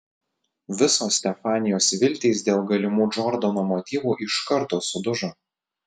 visos stefanijos viltys dėl galimų džordano motyvų iš karto sudužo